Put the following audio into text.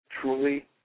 Truly